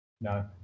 no